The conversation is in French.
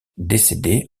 décédé